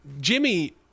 Jimmy